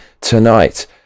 Tonight